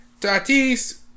Tatis